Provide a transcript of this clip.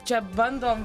čia bandom